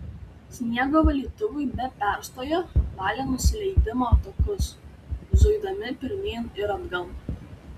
sniego valytuvai be perstojo valė nusileidimo takus zuidami pirmyn ir atgal